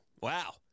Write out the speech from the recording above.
Wow